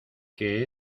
que